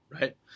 right